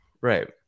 right